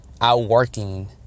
outworking